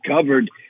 covered